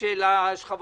להצעת